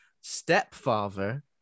stepfather